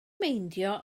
meindio